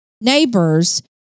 neighbors